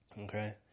Okay